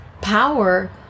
power